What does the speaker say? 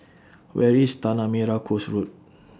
Where IS Tanah Merah Coast Road